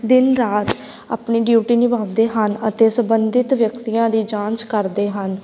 ਦਿਨ ਰਾਤ ਆਪਣੀ ਡਿਊਟੀ ਨਿਭਾਉਂਦੇ ਹਨ ਅਤੇ ਸੰਬੰਧਿਤ ਵਿਅਕਤੀਆਂ ਦੀ ਜਾਂਚ ਕਰਦੇ ਹਨ